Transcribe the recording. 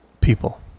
people